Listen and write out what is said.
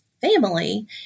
family